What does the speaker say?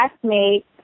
classmate